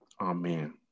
Amen